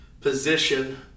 position